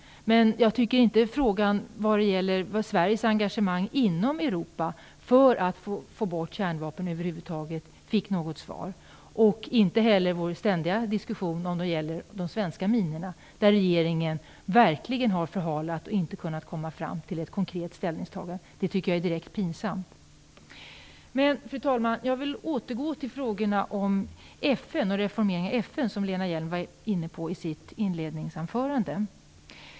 Jag upplever inte att jag fick något svar på frågan om Sveriges engagemang inom Europa för att få bort kärnvapen över huvud taget. Inte heller fick jag något svar vad gäller vår ständiga diskussion om de svenska minorna. Där har regeringen verkligen förhalat. Man har inte kommit fram till ett konkret ställningstagande. Det tycker jag är direkt pinsamt. Fru talman! Jag kommer tillbaka till frågan om FN och reformeringen av FN, vilken Lena Hjelm-Wallén i sitt inledningsanförande var inne på.